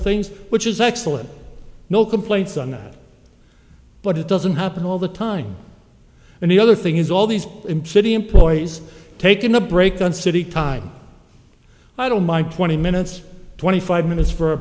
things which is excellent no complaints on that but it doesn't happen all the time and the other thing is all these impunity employees taking a break on city time i don't mind twenty minutes twenty five minutes for a